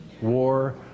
war